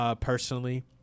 personally